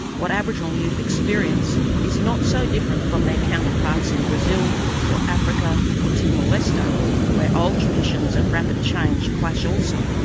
what aboriginal youth experience is not so different from their counterparts in brazil or africa or timor leste, where old traditions and rapid change clash also.